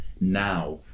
now